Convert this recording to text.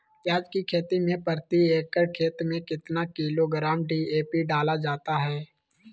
प्याज की खेती में प्रति एकड़ खेत में कितना किलोग्राम डी.ए.पी डाला जाता है?